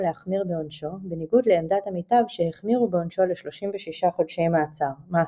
להחמיר בעונשו בניגוד לעמדת עמיתיו שהחמירו בעונשו ל-36 חודשי מאסר.